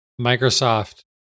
Microsoft